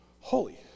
Holy